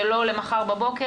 זה לא למחר בבוקר,